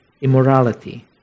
immorality